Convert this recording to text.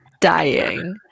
Dying